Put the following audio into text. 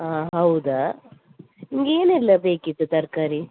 ಹಾಂ ಹೌದಾ ನಿಮ್ಗೆ ಏನೆಲ್ಲ ಬೇಕಿತ್ತು ತರಕಾರಿ